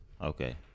Okay